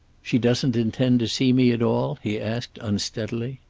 she doesn't intend to see me at all? he asked, unsteadily.